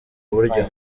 buryo